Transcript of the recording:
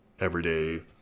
everyday